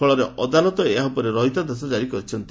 ଫଳରେ ଅଦାଲତ ଏହା ଉପରେ ରହିତାଦେଶ କାରି କରିଛନ୍ତି